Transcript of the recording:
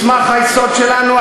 מסמך היסוד שלנו,